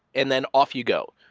and then off you go.